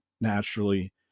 naturally